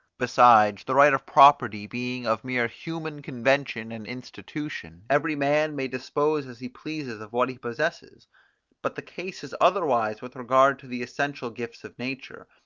besides, the right of property being of mere human convention and institution, every man may dispose as he pleases of what he possesses but the case is otherwise with regard to the essential gifts of nature,